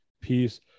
piece